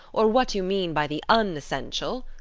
or what you mean by the unessential,